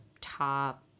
top